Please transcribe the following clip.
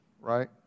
right